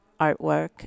artwork